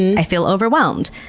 i feel overwhelmed,